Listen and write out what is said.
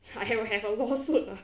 I will have a lawsuit ah